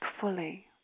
fully